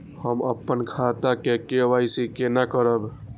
हम अपन खाता के के.वाई.सी केना करब?